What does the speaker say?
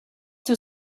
too